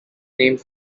named